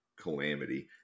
calamity